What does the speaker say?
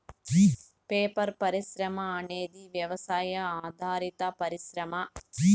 paper పరిశ్రమ అనేది వ్యవసాయ ఆధారిత పరిశ్రమ